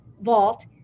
vault